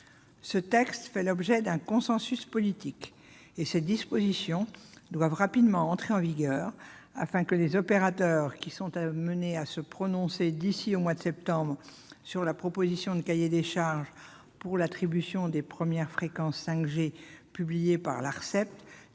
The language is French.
Ce texte fait l'objet d'un consensus politique, et ses dispositions doivent rapidement entrer en vigueur, afin que les opérateurs, qui sont amenés à se prononcer d'ici au mois de septembre sur la proposition de cahier des charges, publiée par l'Arcep,